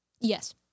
Yes